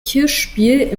kirchspiel